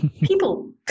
People